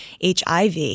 HIV